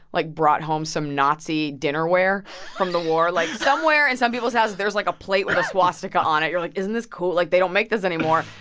like, brought home some nazi dinnerware from the war like, somewhere in some people's house, there's, like, a plate with a swastika on it. you're like, isn't this cool? like, they don't make this anymore.